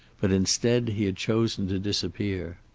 but instead he had chosen to disappear.